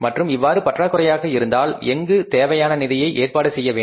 மற்றும் இவ்வாறு பற்றாக்குறையாக இருந்தால் எங்கு தேவையான நிதியை ஏற்பாடு செய்ய வேண்டும்